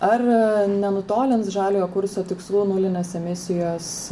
ar nenutolins žaliojo kurso tikslų nulinės emisijos